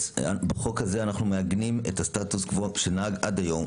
בחוק הזה אנחנו מעגנים את הסטטוס קוו שנהג עד היום,